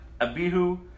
Abihu